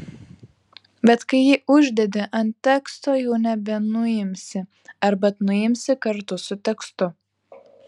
bet kai jį uždedi ant teksto jau nebenuimsi arba nuimsi kartu su tekstu